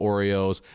Oreos